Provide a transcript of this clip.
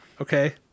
okay